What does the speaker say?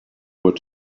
were